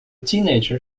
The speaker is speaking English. teenager